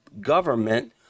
government